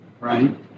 right